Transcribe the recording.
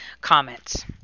comments